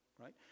Right